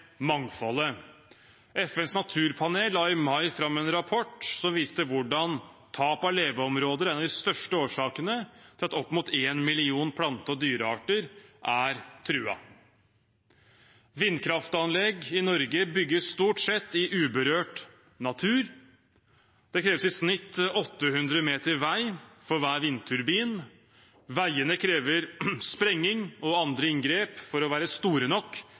mangfoldet. FNs naturpanel la i mai fram en rapport som viste hvordan tap av leveområder er en av de største årsakene til at opp mot en million plante- og dyrearter er truet. Vindkraftanlegg i Norge bygges stort sett i uberørt natur. Det kreves i snitt 800 meter vei for hver vindturbin. Veiene krever sprenging og andre inngrep for å være store nok